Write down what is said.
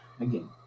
again